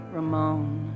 Ramone